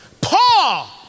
Paul